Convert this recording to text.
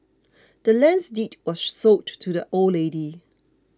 the land's deed was sold to the old lady